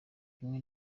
rimwe